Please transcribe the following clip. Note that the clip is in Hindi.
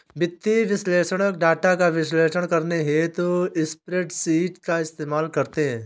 वित्तीय विश्लेषक डाटा का विश्लेषण करने हेतु स्प्रेडशीट का इस्तेमाल करते हैं